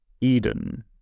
Eden